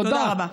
תודה רבה.